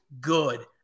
good